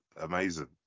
Amazing